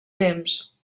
temps